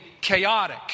chaotic